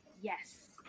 yes